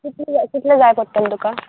कितले कितले जाय पडटले तुका